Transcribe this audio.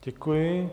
Děkuji.